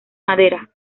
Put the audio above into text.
madera